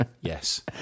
Yes